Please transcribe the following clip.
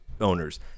owners